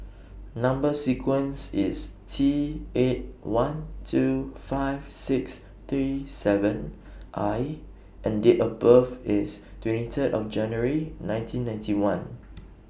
Number sequence IS T eight one two five six three seven I and Date of birth IS twenty Third of January nineteen ninety one